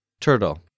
Turtle